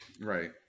Right